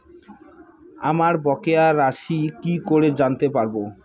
আমার বকেয়া রাশি কি করে জানতে পারবো?